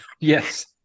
yes